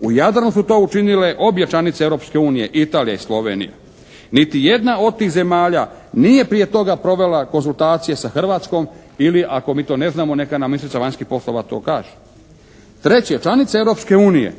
U Jadranu su to učinile obje članice Europske unije Italija i Slovenija. Niti jedna od tih zemalja nije prije toga provela konzultacije sa Hrvatskom ili ako mi to ne znamo neka nam …/Govornik se ne razumije./… vanjskih poslova to kažu. Treće. Članice Europske unije